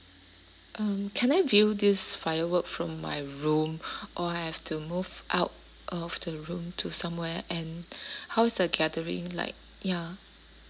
um can I view this firework from my room or I have to move out of the room to somewhere and how is the gathering like ya